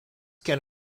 can